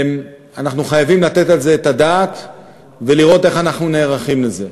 ואנחנו חייבים לתת על זה את הדעת ולראות איך אנחנו נערכים לזה.